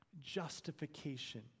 justification